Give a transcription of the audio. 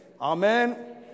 Amen